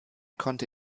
konnte